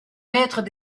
maîtres